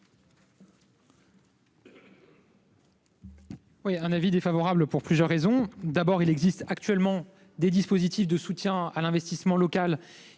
? Avis défavorable, pour plusieurs raisons. D'abord, il existe actuellement des dispositifs de soutien à l'investissement local